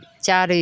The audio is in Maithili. चारि